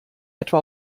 etwa